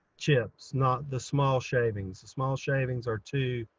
chips, not the small shavings, the small shavings are too,